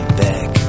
back